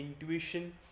intuition